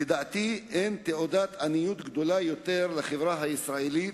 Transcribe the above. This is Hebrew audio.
לדעתי, אין תעודת עניות גדולה יותר לחברה הישראלית